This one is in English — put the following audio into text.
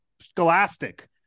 scholastic